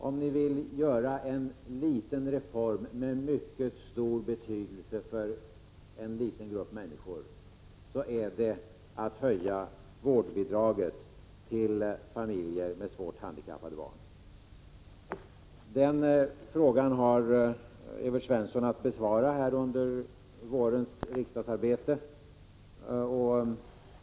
Om ni vill göra en liten reform med mycket stor betydelse för en liten grupp människor, skulle det kunna vara att höja vårdbidraget till familjer med svårt handikappade barn. Den frågan har Evert Svensson att ta ställning till under vårens riksdagsarbete.